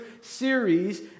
series